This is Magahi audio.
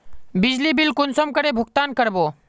बिजली बिल कुंसम करे भुगतान कर बो?